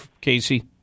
Casey